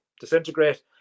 disintegrate